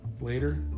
Later